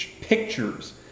pictures